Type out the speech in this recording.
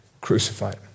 crucified